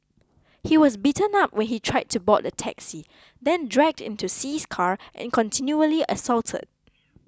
he was beaten up when he tried to board the taxi then dragged into see's car and continually assaulted